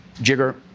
Jigger